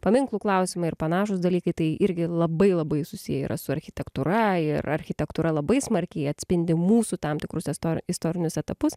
paminklų klausimai ir panašūs dalykai tai irgi labai labai susiję yra su architektūra ir architektūra labai smarkiai atspindi mūsų tam tikrus istori istorinius etapus